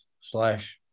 slash